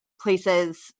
places